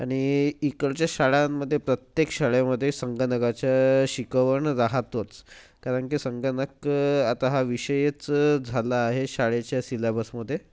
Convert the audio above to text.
आणि इकडच्या शाळांमध्ये प्रत्येक शाळेमध्ये संगणकाचं शिकवण राहतोच कारण की संगणक आता हा विषयच झाला आहे शाळेच्या सिलॅबसमध्ये